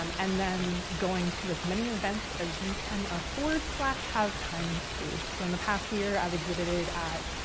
um and then going to as many events as you can afford slash have time to. so in the past year, i've exhibited at